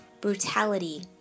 brutality